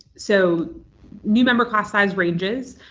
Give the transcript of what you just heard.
so new member class size ranges.